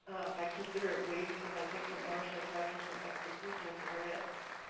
i consider it we because i take some ownership having some expertise in this area,